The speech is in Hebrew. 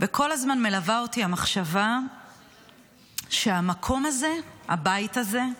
וכל הזמן מלווה אותי המחשבה שהמקום הזה, הבית הזה,